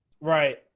Right